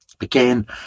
again